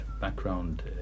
background